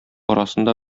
арасында